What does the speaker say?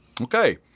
Okay